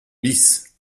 bis